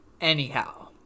Anyhow